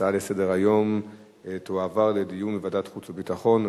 ההצעה לסדר-היום תועבר לדיון בוועדת חוץ וביטחון.